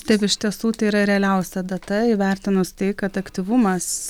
taip iš tiesų tai yra realiausia data įvertinus tai kad aktyvumas